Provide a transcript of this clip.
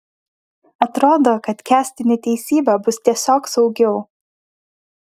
atrodo kad kęsti neteisybę bus tiesiog saugiau